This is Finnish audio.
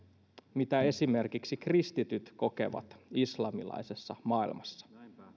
mitä esimerkiksi kristityt kokevat islamilaisessa maailmassa